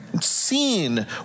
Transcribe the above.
seen